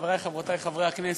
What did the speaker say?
חברי וחברותי חברי הכנסת,